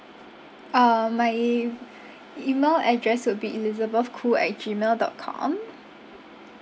uh my email address would be elizabeth khoo at G mail dot com